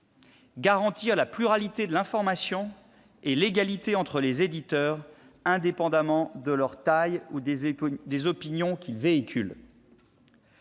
garantir la pluralité de l'information et l'égalité entre les éditeurs, indépendamment de la taille de ceux-ci ou des opinions qu'ils véhiculent.